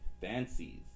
Fancies